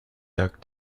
duck